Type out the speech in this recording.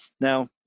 now